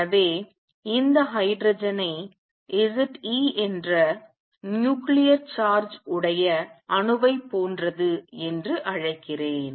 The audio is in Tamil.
எனவே இந்த ஹைட்ரஜனை Z e என்ற நியூக்ளியர் சார்ஜ் உடைய அணுவைப் போன்றது என்று அழைக்கிறேன்